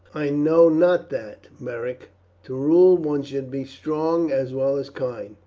i know not that, beric to rule, one should be strong as well as kind.